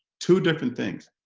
two different things.